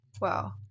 Wow